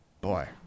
Boy